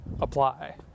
apply